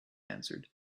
answered